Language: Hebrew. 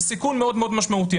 זה סיכון מאוד-מאוד משמעותי.